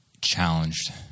challenged